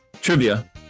Trivia